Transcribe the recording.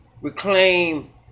reclaim